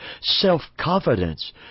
self-confidence